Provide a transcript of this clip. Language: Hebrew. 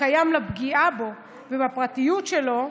הקיים לפגיעה בו ובפרטיות שלו.